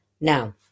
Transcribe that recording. Now